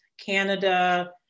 Canada